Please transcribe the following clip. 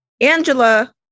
Angela